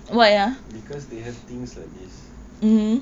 because they have things like this